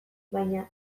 baina